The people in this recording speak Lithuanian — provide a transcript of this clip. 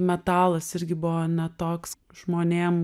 metalas irgi buvo ne toks žmonėm